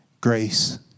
grace